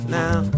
now